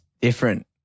different